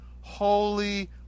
holy